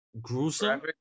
gruesome